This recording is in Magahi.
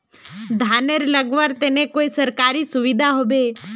धानेर लगवार तने कोई सरकारी सुविधा होबे?